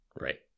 right